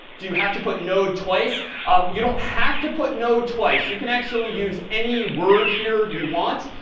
do you have to put node twice you don't have to put node twice. you can actually use any word here you want.